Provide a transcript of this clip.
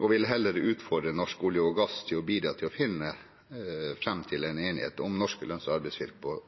og vil heller utfordre Norsk olje og gass til å bidra til å finne fram til en enighet om norske lønns- og arbeidsvilkår